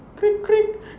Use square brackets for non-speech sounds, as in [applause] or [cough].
[noise]